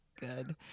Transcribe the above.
Good